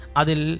adil